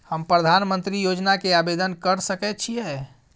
हम प्रधानमंत्री योजना के आवेदन कर सके छीये?